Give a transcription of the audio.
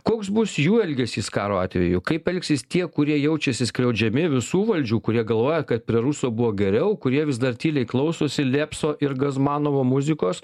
koks bus jų elgesys karo atveju kaip elgsis tie kurie jaučiasi skriaudžiami visų valdžių kurie galvoja kad prie ruso buvo geriau kurie vis dar tyliai klausosi lėpso ir gazmanovo muzikos